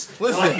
Listen